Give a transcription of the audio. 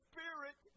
Spirit